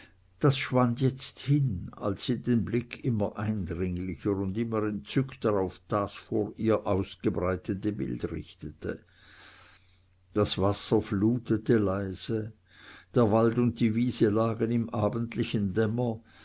das schwand jetzt hin als sie den blick immer eindringlicher und immer entzückter auf das vor ihr ausgebreitete bild richtete das wasser flutete leise der wald und die wiese lagen im abendlichen dämmer